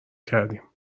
کردهایم